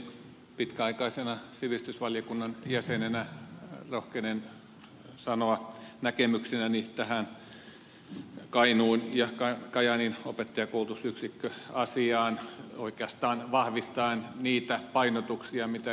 pitkäaikaisena sivistysvaliokunnan jäsenenä rohkenen sanoa näkemyksenäni tähän kainuun ja kajaanin opettajakoulutusyksikköasiaan oikeastaan vahvistaen niitä painotuksia joita ed